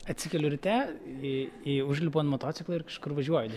atsikeliu ryte į į užlipu ant motociklo ir kažkur važiuoju